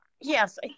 yes